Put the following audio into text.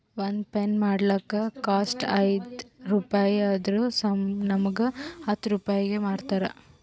ಒಂದ್ ಪೆನ್ ಮಾಡ್ಲಕ್ ಕಾಸ್ಟ್ ಐಯ್ದ ರುಪಾಯಿ ಆದುರ್ ನಮುಗ್ ಹತ್ತ್ ರೂಪಾಯಿಗಿ ಮಾರ್ತಾರ್